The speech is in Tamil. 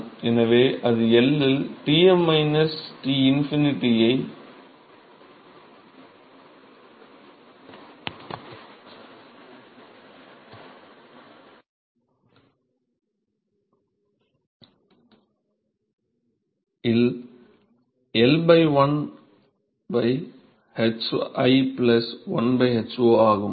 எனவே அது L இல் Tm T∞ இல் L 1 hi 1 h0 ஆகும்